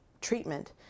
treatment